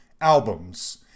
albums